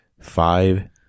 five